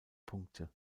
punkte